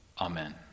Amen